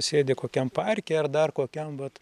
sėdi kokiam parke ar dar kokiam vat